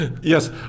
Yes